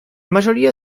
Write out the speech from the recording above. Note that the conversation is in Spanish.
mayoría